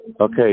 Okay